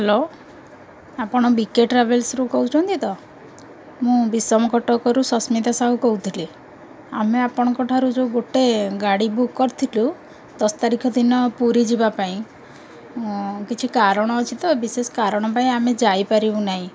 hello ଆପଣ BK ଟ୍ରାଭେଲ୍ସରୁ କହୁଛନ୍ତି ତ ମୁଁ ଭିଶମ କଟକରୁ ସସ୍ମିତା ସାହୁ କହୁଥିଲି ଆମେ ଆପଣଙ୍କ ଠାରୁ ଯୋଉ ଗୋଟେ ଗାଡ଼ି ବୁକ୍ କରିଥିଲୁ ଦଶ ତାରିଖ ଦିନ ପୁରୀ ଯିବା ପାଇଁ କିଛି କାରଣ ଅଛି ତ ବିଶେଷ କାରଣ ପାଇଁ ଆମେ ଯାଇପାରିବୁ ନାହିଁ